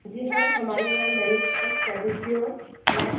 जी हाँ हमारे यहां मेनीक्योर पैडिक्योर वैक्स